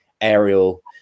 aerial